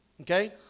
Okay